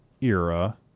era